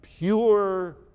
Pure